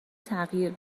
تغییر